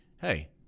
Hey